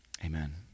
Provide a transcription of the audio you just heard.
Amen